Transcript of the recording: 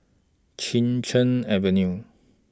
Chin Cheng Avenue